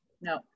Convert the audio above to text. No